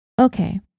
Okay